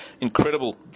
incredible